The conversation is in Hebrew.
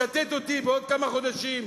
צטט אותי בעוד כמה חודשים,